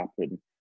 happen